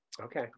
Okay